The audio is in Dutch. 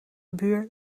buur